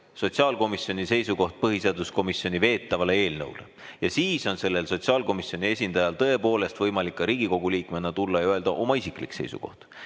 sotsiaalkomisjoni seisukoht põhiseaduskomisjoni veetavale eelnõule. Ja siis on sellel sotsiaalkomisjoni esindajal tõepoolest võimalik ka Riigikogu liikmena tulla ja öelda oma isiklik seisukoht.